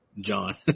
John